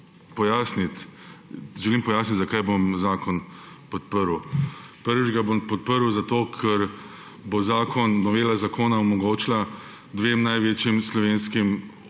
Najprej želim pojasniti, zakaj bom zakon podprl. Prvič ga bom podprl zato, ker bo novela zakona omogočila dvema največjima slovenskima